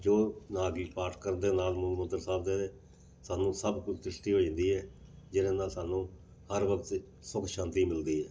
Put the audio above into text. ਜੋ ਰਾਗੀ ਪਾਠ ਕਰਦੇ ਨਾਲ ਮੂਲ ਮੰਤਰ ਸਾਹਿਬ ਦੇ ਸਾਨੂੰ ਸਭ ਕੁਛ ਸ੍ਰਿਸ਼ਟੀ ਹੋ ਜਾਂਦੀ ਹੈ ਜਿਹਦੇ ਨਾਲ ਸਾਨੂੰ ਹਰ ਵਕਤ ਸੁਖ ਸ਼ਾਂਤੀ ਮਿਲਦੀ ਹੈ